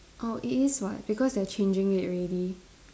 oh it is [what] because they are changing it already